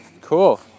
Cool